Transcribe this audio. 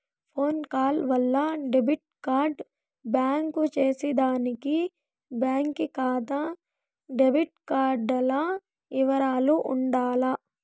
phone call వల్ల debit card block చేసేదానికి బాంకీ కాతా డెబిట్ కార్డుల ఇవరాలు ఉండాల